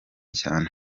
cyane